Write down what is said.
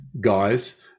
guys